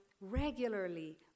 regularly